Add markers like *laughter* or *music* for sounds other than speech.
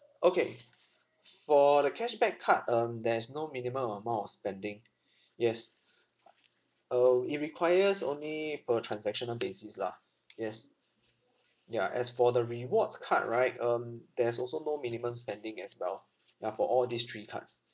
okay for the cashback card um there is no minimum amount of spending yes *noise* uh it requires only per transactional basis lah yes ya as for the rewards card right um there's also no minimum spending as well ya for all these three cards